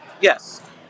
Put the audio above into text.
yes